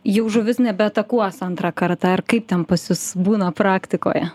jau žuvis nebeatakuos antrą kartą ar kaip ten pas jus būna praktikoje